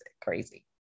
crazy